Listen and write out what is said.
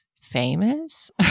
famous